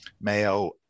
Mayo